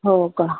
हो का